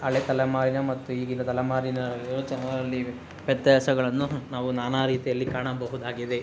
ಹಳೆ ತಲೆಮಾರಿನ ಮತ್ತು ಈಗಿನ ತಲೆಮಾರಿನ ಯೋಚನೆಗಳಲ್ಲಿ ವ್ಯತ್ಯಾಸಗಳನ್ನು ನಾವು ನಾನಾ ರೀತಿಯಲ್ಲಿ ಕಾಣಬಹುದಾಗಿದೆ